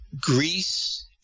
Greece